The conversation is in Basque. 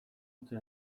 utzi